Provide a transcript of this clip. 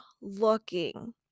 looking